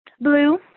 Blue